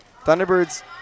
Thunderbirds